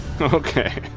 Okay